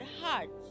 hearts